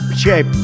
shape